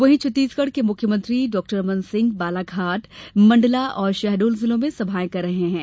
वहीं छत्तीसगढ़ के मुख्यमंत्री रमनसिंह बालाघाट मंडला और शहडोल जिलों में जनसभाएं करेंगे